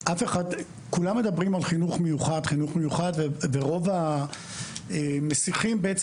כולם מדברים על חינוך מיוחד ורוב המשיחים בעצם